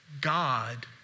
God